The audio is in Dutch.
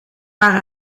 waren